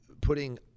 putting